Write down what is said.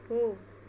போ